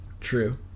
true